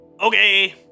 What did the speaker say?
Okay